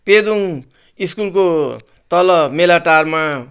पेदुङ स्कुलको तल मेलाटारमा